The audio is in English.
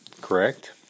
correct